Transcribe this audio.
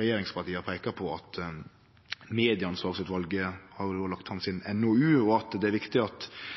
regjeringspartia peikar på at Medieansvarsutvalet har lagt fram si NOU, og at det er viktig at